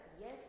Yes